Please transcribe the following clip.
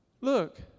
Look